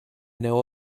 know